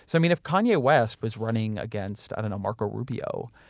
so mean, if kanye west was running against, i don't know, marco rubio,